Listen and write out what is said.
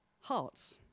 hearts